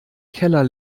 keller